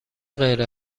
غیر